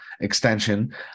extension